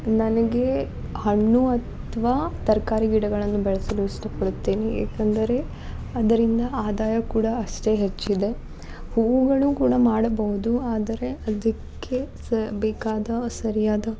ನನಗೆ ಹಣ್ಣು ಅಥ್ವ ತರಕಾರಿ ಗಿಡಗಳನ್ನು ಬೆಳೆಸಲು ಇಷ್ಟಪಡುತ್ತೇನೆ ಏಕಂದರೆ ಅದರಿಂದ ಆದಾಯ ಕೂಡ ಅಷ್ಟೇ ಹೆಚ್ಚಿದೆ ಹೂವುಗಳು ಕೂಡ ಮಾಡಬೌದು ಆದರೆ ಅದಕ್ಕೆ ಸ ಬೇಕಾದ ಸರಿಯಾದ